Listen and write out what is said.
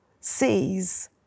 sees